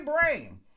brain